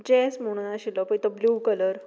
jazz म्हणून आशिल्लो पळय तो ब्लू कलर